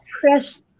Press